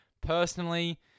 Personally